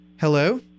Hello